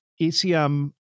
ECM